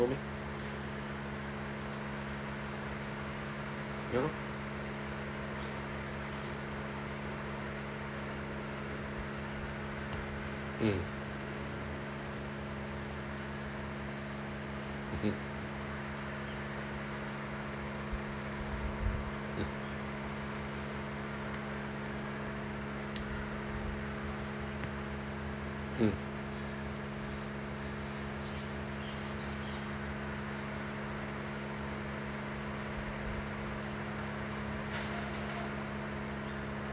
no meh ya lor mm mm mm mm